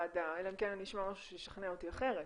אלא אם אשמע משהו שישכנע אותי אחרת,